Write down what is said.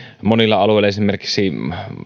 monilla alueilla esimerkiksi